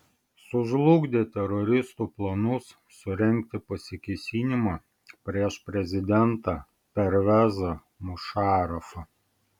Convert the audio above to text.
sužlugdė teroristų planus surengti pasikėsinimą prieš prezidentą pervezą mušarafą